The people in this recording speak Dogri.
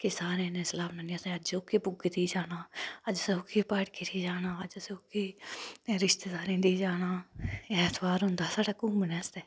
सारे जने सलाह् बनानी कि अज्ज असें ओह्की बूआ दे जाना अज्ज ओह्की प्हाड़िये दे जाना ओह्के रिश्तेदारें दे जाना ऐतवार होंदा साढ़े घूमने आस्तै